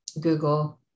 Google